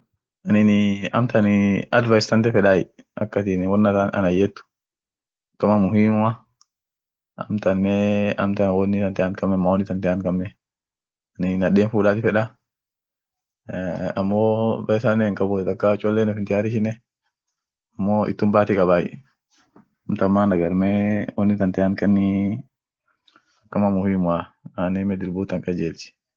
Nigeriani. laf gudio afrikati ishineni kabila birit akajiira kabila karibu dib lama shataman hijirti won dubetenineni lughan dubetenen shatam woni gudioni hausaf fulania dubii aminen igboaf iyo rubat jira won ishia taa ishin akan midasit dibinii brasil bron faa won sun dadoseni won akii pesa faa won sun faa borbadeni muzikine lila doti muzikin hijirtie muziki taa gara wooraa dumii rifessine midafenor jirra sagalenen hijirti sagale akii cholufries faa dum muvine lila actitie